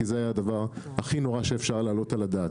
כי זה היה הדבר הכי נורא שאפשר להעלות על הדעת.